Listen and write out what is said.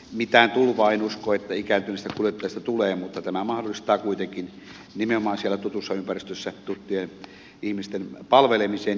mitään tulvaa en usko että ikääntyneistä kuljettajista tulee mutta tämä mahdollistaa kuitenkin nimenomaan siellä tutussa ympäristössä tuttujen ihmisten palvelemisen